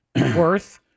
worth